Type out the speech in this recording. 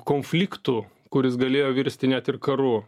konfliktu kuris galėjo virsti net ir karu